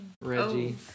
Reggie